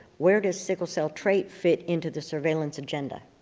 where does sickle cell trait fit into the surveillance agenda?